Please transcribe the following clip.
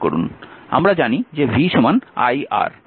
আমরা জানি যে v iR